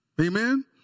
Amen